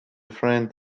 friend